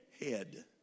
head